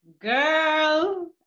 Girl